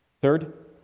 Third